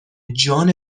جان